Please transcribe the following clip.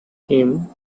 him